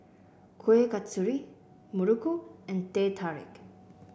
Kueh Kasturi Muruku and Teh Tarik